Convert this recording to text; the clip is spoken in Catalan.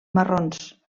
marrons